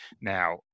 Now